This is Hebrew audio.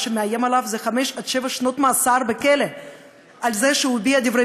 מה שמאיים עליו זה 5 עד 7 שנות מאסר בכלא על זה שהוא הביע דברי